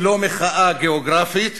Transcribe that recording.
היא לא מחאה גיאוגרפית,